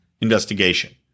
investigation